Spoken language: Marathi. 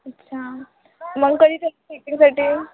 अच्छा मग कधी जायचं साठी